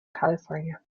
california